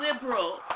liberal